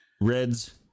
Reds